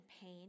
pain